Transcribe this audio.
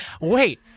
Wait